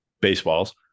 baseballs